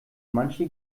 manche